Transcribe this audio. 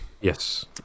Yes